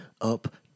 up